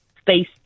space